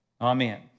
Amen